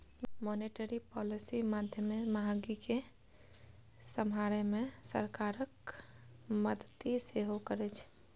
monetary policy माध्यमे महगी केँ समहारै मे सरकारक मदति सेहो करै छै